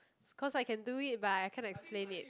cause I can do it but I can't explain it